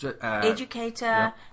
Educator